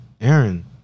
Aaron